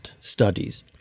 studies